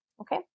Okay